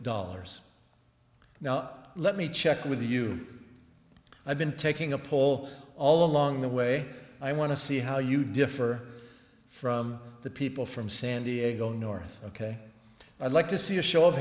dollars now let me check with you i've been taking a poll all along the way i want to see how you differ from the people from san diego north ok i'd like to see a show of